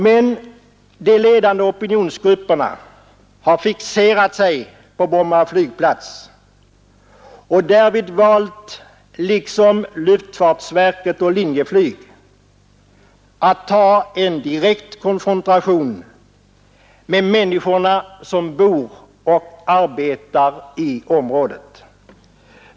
Men de ledande opinionsgrupperna har fixerat sig på Bromma flygplats och, liksom luftfartsverket och Linjeflyg, därvid valt att ta en direkt konfrontation med människorna som bor och arbetar i området.